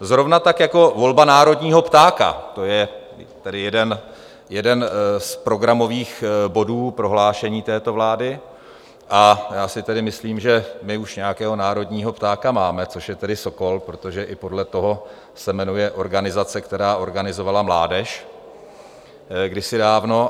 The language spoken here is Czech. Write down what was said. Zrovna tak jako volba národního ptáka, to je jeden z programových bodů prohlášení této vlády, a já si tedy myslím, že my už nějakého národního ptáka máme, což je sokol, protože i podle toho se jmenuje organizace, která organizovala mládež kdysi dávno.